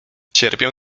cierpię